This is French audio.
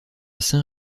saint